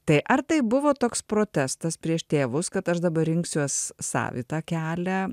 tai ar tai buvo toks protestas prieš tėvus kad aš dabar rinksiuos savitą kelią